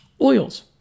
oils